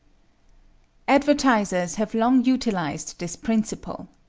advertisers have long utilized this principle.